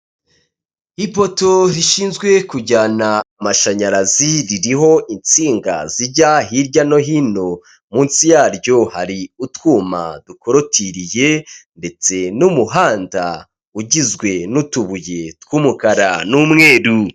Ipoto rishinzwe kujyana amashanyarazi ririho insinga zijya hirya no hino, munsi yaryo hari utwuma dukorotiriye ndetse n'umuhanda ugizwe n'utubuye tw'umukara n'umweru.